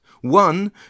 One